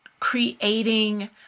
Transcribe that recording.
Creating